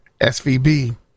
SVB